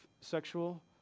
sexual